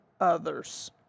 others